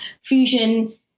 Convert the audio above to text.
Fusion